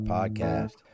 Podcast